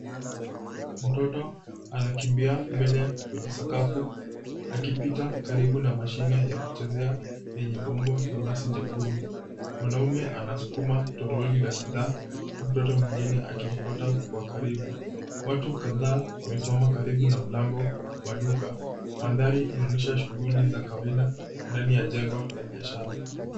Mtoto anakimbia mbele kwenye sakafu akipita karibu na mashine ya kuchezea yenye umbo la basi jekundu. Mwanamume anasukuma toroli la bidhaa, huku mtoto mwingine akimfuata kwa karibu. Watu kadhaa wamesimama karibu na mlango wa duka. Mandhari inaonyesha shughuli za kawaida ndani ya jengo la biashara.